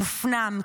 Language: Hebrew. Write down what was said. מופנם,